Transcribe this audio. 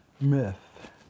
myth